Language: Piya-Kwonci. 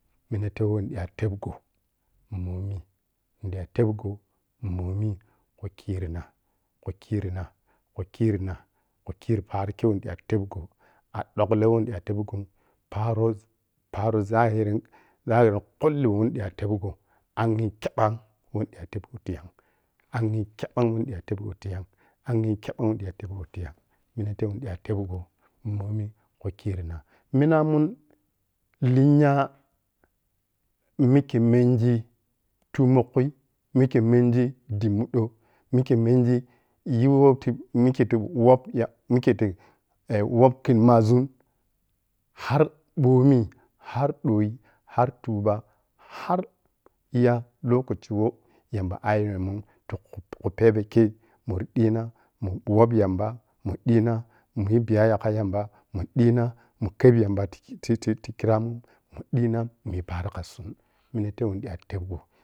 Mineteh wohni ɓiya tebgo momi ni ɓiya tebgo momi khu khirina khukiri na khu paro khei we niɓita tebgo a dugle weh ɓita tebgon paro paro zahir zahiri kulli weh niɓita tebgon angi chabban wo ɓiya tebgo biya anghe chabban wo ɓiya tebgo momi khu khirina. minamun linya mikhe mengi thumo kui mikhe mengi ɓimmo ɓo mikhe mengi yu hoti mikhe ti wobya mikheti eh wob khini masun har ɓomi har doyi har tuba har ya lokaci weh yamba ciyenamun to khu pebekhe muri ɓina mun wob yamba mun ɓina muyi biyayya kha yamba mun ɓina mun kheb yamba titi khiramun mun dina mun paro khasun minite wodita tebgo.